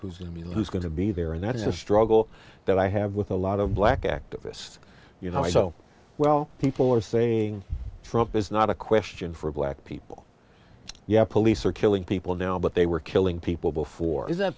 who's a mule who's going to be there and that is a struggle that i have with a lot of black activists you know so well people are saying for up is not a question for black people yeah police are killing people now but they were killing people before is that